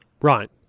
Right